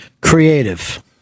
creative